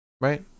right